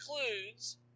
includes